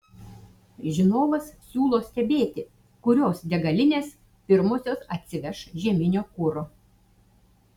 žinovas siūlo stebėti kurios degalinės pirmosios atsiveš žieminio kuro